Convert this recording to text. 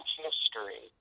history